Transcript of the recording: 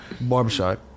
barbershop